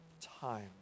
time